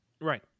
Right